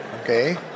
okay